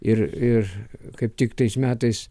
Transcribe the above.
ir ir kaip tik tais metais